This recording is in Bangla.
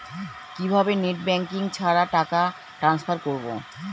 কিভাবে নেট ব্যাঙ্কিং ছাড়া টাকা ট্রান্সফার করবো?